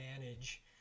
manage